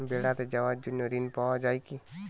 বেড়াতে যাওয়ার জন্য ঋণ পাওয়া যায় কি?